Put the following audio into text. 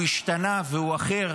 הוא השתנה והוא אחר,